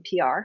PR